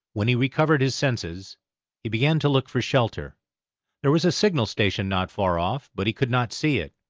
when he recovered his senses he began to look for shelter there was a signal station not far off, but he could not see it.